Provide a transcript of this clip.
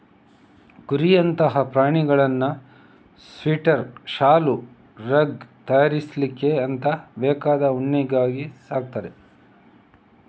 ಕುರಿಯಂತಹ ಪ್ರಾಣಿಗಳನ್ನ ಸ್ವೆಟರ್, ಶಾಲು, ರಗ್ ತಯಾರಿಸ್ಲಿಕ್ಕೆ ಬೇಕಾದ ಉಣ್ಣೆಗಾಗಿ ಸಾಕ್ತಾರೆ